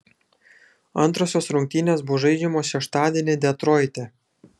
antrosios rungtynės bus žaidžiamos šeštadienį detroite